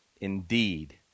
Indeed